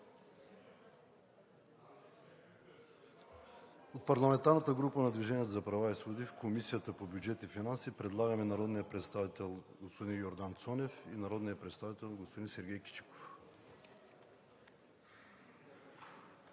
От парламентарната група на „Движението за права и свободи“ в Комисията по бюджет и финанси предлагаме народния представител господин Йордан Цонев и народния представител господин Сергей Кичиков.